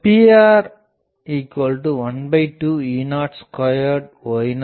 Pr12E02 y0020ad d